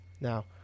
Now